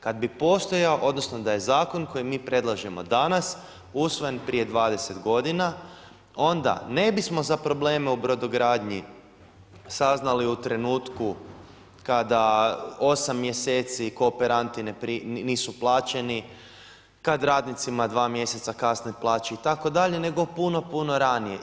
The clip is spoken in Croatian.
Kad bi postojao, odnosno da je zakon koji mi predlažemo danas usvojen prije 20 godina onda ne bismo za probleme u brodogradnji saznali u trenutku kada 8 mjeseci kooperanti nisu plaćeni, kad radnicima 2 mjeseca kasne plaće itd. nego puno, puno ranije.